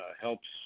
helps